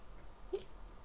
eh